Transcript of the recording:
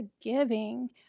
giving